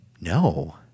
No